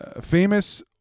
famous